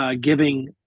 Giving